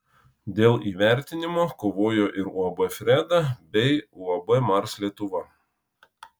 dėl įvertinimo kovojo ir uab freda bei uab mars lietuva